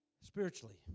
spiritually